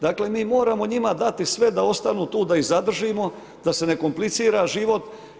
Dakle, mi moramo njima dati sve da ostanu tu, da ih zadržimo, da se ne komplicira život.